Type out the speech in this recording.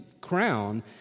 crown